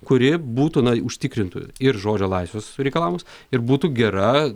kuri būtų na užtikrintų ir žodžio laisvės reikalams ir būtų gera